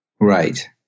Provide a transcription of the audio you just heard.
Right